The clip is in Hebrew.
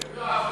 הם לא עבדו,